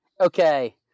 okay –